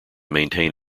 maintain